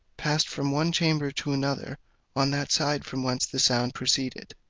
passed from one chamber to another on that side from whence the sound proceeded.